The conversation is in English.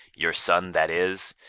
your son that is,